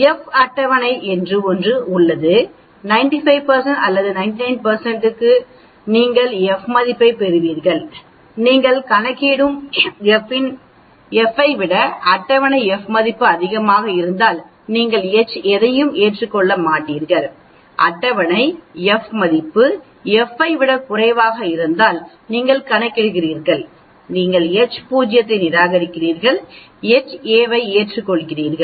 F அட்டவணை என்று ஒரு அட்டவணை உள்ளது 95 அல்லது 99 க்கு நீங்கள் எஃப் மதிப்பைப் பெறுவீர்கள் நீங்கள் கணக்கிடும் எஃப் ஐ விட அட்டவணை எஃப் மதிப்பு அதிகமாக இருந்தால் நீங்கள் எச் எதையும் ஏற்றுக்கொள்ள மாட்டீர்கள் அட்டவணை எஃப் மதிப்பு எஃப் ஐ விட குறைவாக இருந்தால் நீங்கள் கணக்கிடுகிறீர்கள் நீங்கள் H0 ஐ நிராகரித்து Ha ஐ ஏற்றுக்கொள்கிறீர்கள்